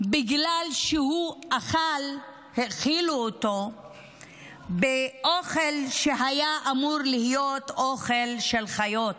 בגלל שהאכילו אותו באוכל שהיה אמור להיות אוכל של חיות,